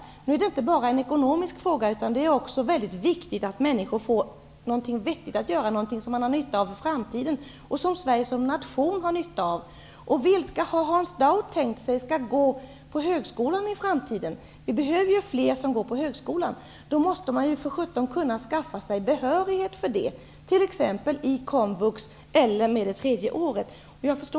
Det är inte bara en ekonomisk fråga, utan det är också mycket viktigt att människor får någonting vettigt att göra, någonting som de har nytta av i framtiden och som Sverige som nation har nytta av. Vilka är det som Hans Dau har tänkt skall gå på högskolan i framtiden? Det är nödvändigt att fler går på högskolan, och då måste man kunna skaffa sig behörighet för det, t.ex. i komvux eller genom det tredje gymnasieåret.